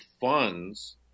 funds